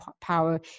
power